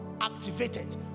activated